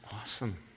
awesome